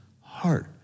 heart